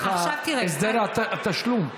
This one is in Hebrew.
איך הסדר התשלום?